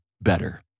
better